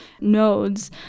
nodes